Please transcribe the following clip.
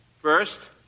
First